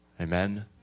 Amen